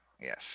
Yes